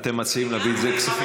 אתם מציעים להביא את זה לכספים?